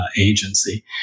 agency